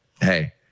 hey